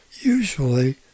usually